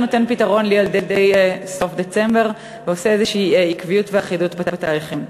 זה נותן פתרון לילדי סוף דצמבר ויוצר עקביות ואחידות בתאריכים.